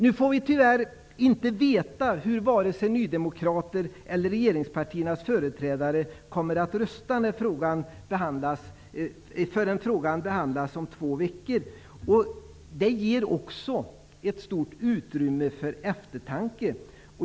Nu får vi tyvärr inte veta hur vare sig nydemokraterna eller regeringspartiernas företrädare kommer att rösta förrän frågan behandlas om två veckor. Det ger också ett stort utrymme för eftertanke.